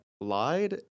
lied